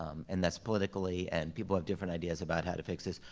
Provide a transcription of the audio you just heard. um and that's politically, and people have different ideas about how to fix this,